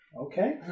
Okay